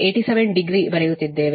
87 degree ಬರೆಯುತ್ತಿದ್ದೇವೆ